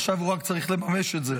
עכשיו הוא רק צריך לממש את זה.